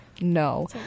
no